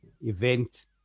event